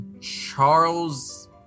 Charles